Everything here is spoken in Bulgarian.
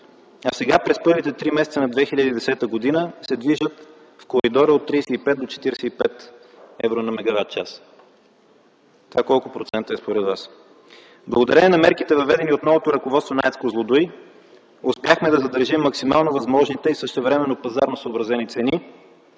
а сега през първите три месеца на 2010 г. се движат в коридора от 35 до 45 евро на мегаватчас. Това колко процента е според Вас? Благодарение на мерките, въведени от новото ръководство на АЕЦ „Козлодуй”, успяхме да задържим максимално възможните и същевременно пазарно съобразени цени,